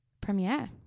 premiere